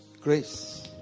Grace